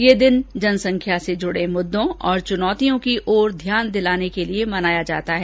यह दिन जनसंख्या से जुड़े मुद्दों और चुनौतियों की ओर ध्यान दिलाने के लिए मनाया जाता है